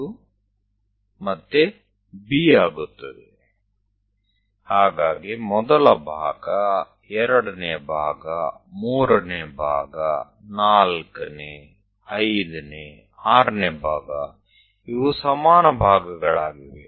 તો પ્રથમ ભાગ બીજો ભાગ ત્રીજો ભાગ ચોથો પાંચમો છઠ્ઠો આ બધા સમાન ભાગો છે